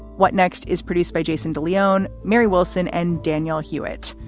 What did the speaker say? what next is produced by jason de leon, mary wilson and danielle hewitt.